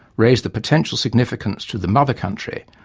raised the potential significance to the mother country,